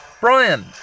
Brian